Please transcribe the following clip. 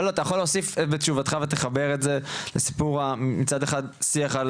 אבל אתה יכול להוסיף בתשובתך ותחבר את זה לסיפור המצד אחד שיח על